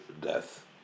death